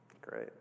Great